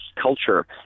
culture